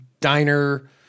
Diner